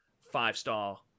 five-star